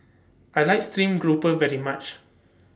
I like Stream Grouper very much